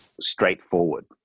straightforward